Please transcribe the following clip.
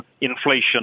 inflation